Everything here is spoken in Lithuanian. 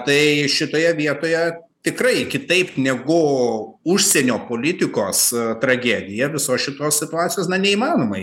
tai šitoje vietoje tikrai kitaip negu užsienio politikos tragedija visos šitos situacijos neįmanoma